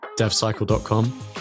devcycle.com